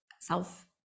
self